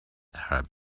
arab